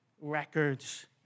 records